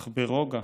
אך ברוגע,